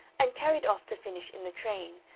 and carried off to finish in the train,